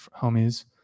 homies